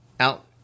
Out